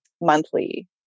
monthly